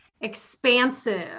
expansive